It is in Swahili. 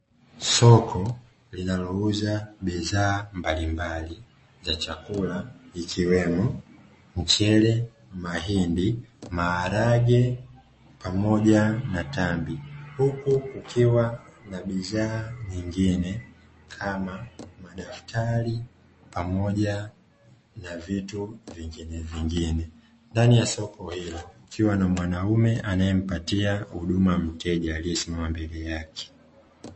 Soko linalouza bidhaa mbalimbali ya chakula ikiwemo: mchele, mahindi, maharage pamoja na tambi; huku kukiwa na bidhaa nyingine kama madaftari pamoja na vitu vinginevingine, ndani ya soko hilo kukiwa na mwanaume anayempatia huduma mteja aliyesimama mbele yake.